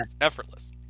effortless